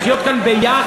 לחיות כאן ביחד.